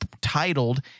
titled